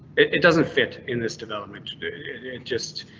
it it doesn't fit in this development to do it, it it and just